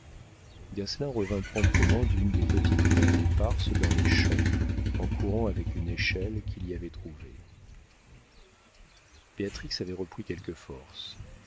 revint promptement d'une des petites fermes éparses dans les champs en courant avec une échelle qu'il y avait trouvée béatrix avait repris quelques forces